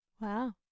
Wow